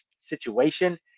situation